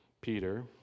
Peter